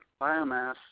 biomass